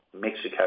Mexico